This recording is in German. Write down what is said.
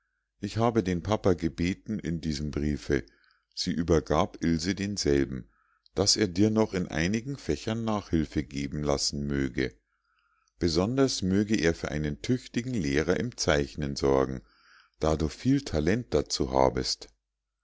ich habe den papa gebeten in diesem briefe sie übergab ilse denselben daß er dir noch in einigen fächern nachhilfe geben lassen möge besonders möge er für einen tüchtigen lehrer im zeichnen sorgen da du viel talent dazu habest